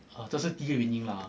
好这是第一个原因啦